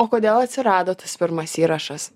o kodėl atsirado tas pirmas įrašas